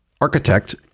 architect